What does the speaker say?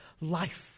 life